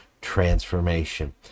transformation